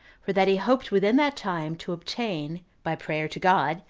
for that he hoped within that time to obtain, by prayer to god,